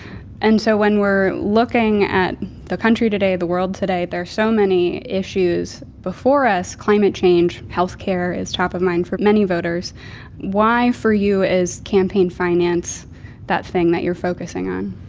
and so when we're looking at the country today, the world today, there are so many issues before us climate change, health care is top of mind for many voters why, for you, is campaign finance that thing that you're focusing on?